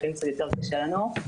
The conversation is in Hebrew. לפעמים קצת יותר קשה לנו.